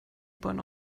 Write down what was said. bahn